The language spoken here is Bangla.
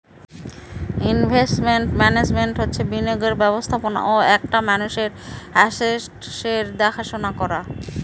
ইনভেস্টমেন্ট মান্যাজমেন্ট হচ্ছে বিনিয়োগের ব্যবস্থাপনা ও একটা মানুষের আসেটসের দেখাশোনা করা